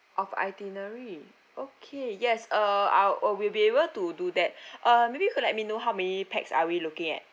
of itinerary okay yes uh I'll oh we'll be able to do that uh maybe you could let me know how many pax are we looking at